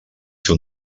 fer